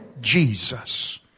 Jesus